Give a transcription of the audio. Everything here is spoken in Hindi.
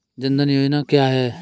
जनधन योजना क्या है?